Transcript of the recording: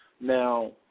Now